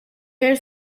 hair